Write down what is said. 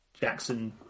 Jackson